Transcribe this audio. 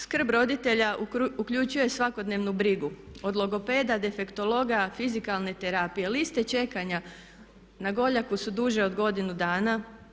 Jer ta skrb roditelja uključuje svakodnevnu brigu, od logopeda, defektologa, fizikalne terapije, liste čekanja na Goljaku su duže od godinu dana.